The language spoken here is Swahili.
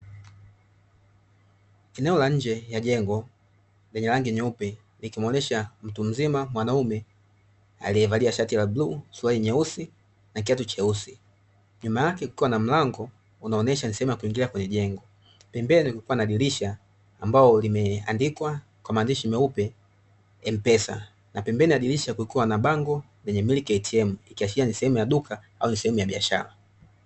Eneo la nje ya jengo lenye rangi nyeupe likimuonyesha mtu mzima mwanaume aliyevalia shati ya bluu na suruali nyeusi, kiatu cheusi nyuma yake kukiwa na mlango unaonyesha ni sehemu yakuingilia kwenye jengo, pembeni kukiwa na dirisha ambalo limeandikwa kwa maandishi meupe "M PESA" na pembeni ya dirisha kukiwa na bango lenye "MILK ATM" likiashiria ni sehemu ya duka au ni sehemu ya biashara.